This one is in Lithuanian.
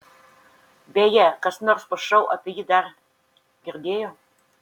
beje kas nors po šou apie jį dar girdėjo